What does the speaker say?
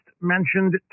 mentioned